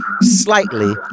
slightly